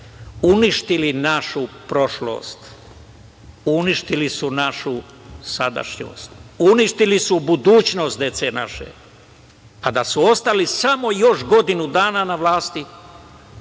uništili našu prošlost, uništili su našu sadašnjost, uništili su budućnost naše dece. Da su ostali samo još godinu dana na vlasti,